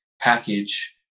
package